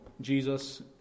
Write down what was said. Jesus